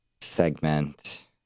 segment